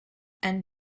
and